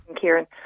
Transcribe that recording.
Kieran